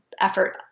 effort